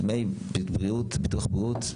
ביטוח בריאות,